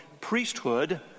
priesthood